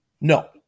No